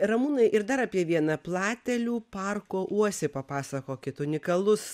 ramūnai ir dar apie vieną platelių parko uosį papasakokit unikalus